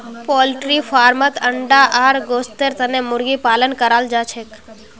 poultry फार्मत अंडा आर गोस्तेर तने मुर्गी पालन कराल जाछेक